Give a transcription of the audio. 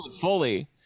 fully